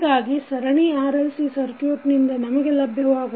ಹೀಗಾಗಿ ಸರಣಿ RLC ಸರ್ಕುಟಿನಿಂದ ನಮಗೆ ಲಭ್ಯವಾಗುತ್ತದೆ